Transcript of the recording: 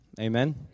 Amen